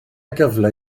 gyfle